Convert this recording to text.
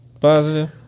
positive